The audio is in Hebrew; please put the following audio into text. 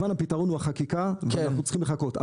הפתרון הוא כמובן החקיקה ואנחנו צריכים לחכות.